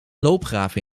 loopgraven